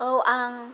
औ आं